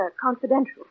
confidential